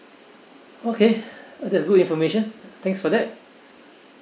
that's good information thanks for that